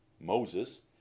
Moses